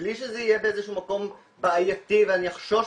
ובלי שזה יהיה באיזה שהוא מקום בעייתי ואני אחשוש,